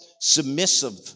submissive